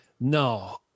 No